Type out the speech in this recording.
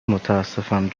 متاسفم